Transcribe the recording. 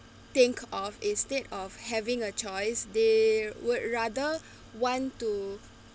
think of instead of having a choice they would rather want to